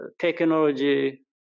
technology